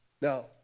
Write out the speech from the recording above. Now